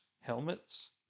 helmets